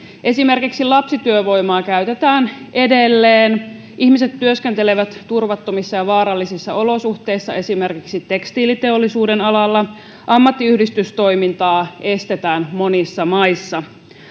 esimerkiksi lapsityövoimaa käytetään edelleen ihmiset työskentelevät turvattomissa ja vaarallisissa olosuhteissa esimerkiksi tekstiiliteollisuuden alalla ammattiyhdistystoimintaa estetään monissa maissa